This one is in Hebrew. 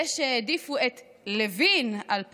זה שהעדיפו את לוין על פניו,